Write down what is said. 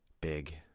big